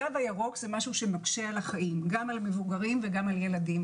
התו הירוק זה משהו שמקשה על החיים גם על מבוגרים וגם על ילדים.